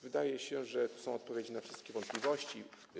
Wydaje się, że to są odpowiedzi na wszystkie wątpliwości.